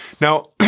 Now